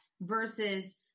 versus